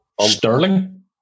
sterling